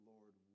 Lord